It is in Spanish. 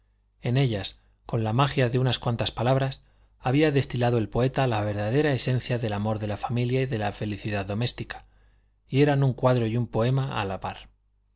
en ellas con la magia de unas cuantas palabras había destilado el poeta la verdadera esencia del amor de la familia y de la felicidad doméstica y eran un cuadro y un poema a la par